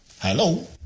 Hello